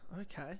okay